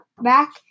back